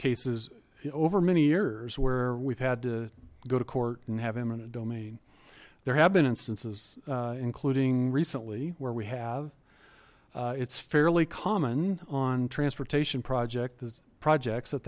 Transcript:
cases over many years where we've had to go to court and have him in a domain there have been instances including recently where we have it's fairly common on transportation project the projects that